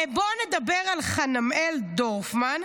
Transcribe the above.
בואו נדבר על חנמאל דורפמן,